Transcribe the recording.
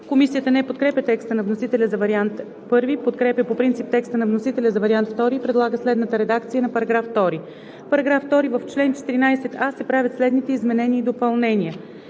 Комисията не подкрепя текста на вносителя за вариант І, подкрепя по принцип текста на вносителя за вариант ІІ и предлага следната редакция на § 1: „§ 1. В чл. 12а се правят следните изменения и допълнения: